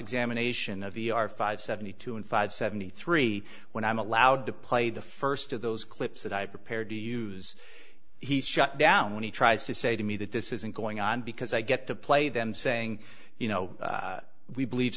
examination of the r five seventy two in five seventy three when i'm allowed to play the first of those clips that i prepared to use he's shut down when he tries to say to me that this isn't going on because i get to play them saying you know we believe